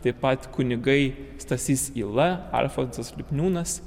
taip pat kunigai stasys yla alfonsas lipniūnas